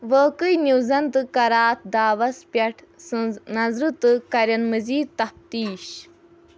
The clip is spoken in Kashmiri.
واقعٕے نیوزن تہٕ کراتھ دعوس پٮ۪ٹھ سٕنٛز نظرٕ تہٕ کرن مٔزیٖد تفتیش